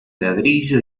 ladrillo